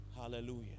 Hallelujah